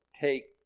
take